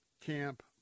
camp